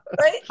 right